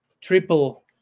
triple